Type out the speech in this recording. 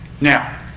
Now